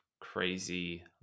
crazy